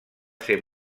ser